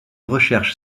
recherche